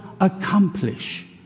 accomplish